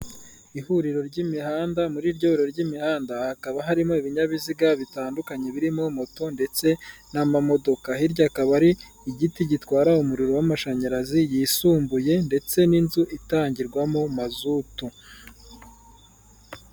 Ihuriro ry'imihanda, muri iryo huriro ry'imihanda, hakaba harimo ibinyabiziga bitandukanye, birimo moto, ndetse n'amamodoka. Hirya akaba ari igiti gitwara umuriro w'amashanyarazi yisumbuye, ndetse n'inzu itangirwamo mazutu.